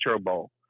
Bowl